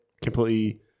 completely